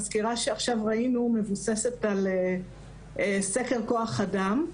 הסקירה שעכשיו ראינו מבוססת על סקר כוח אדם.